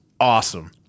awesome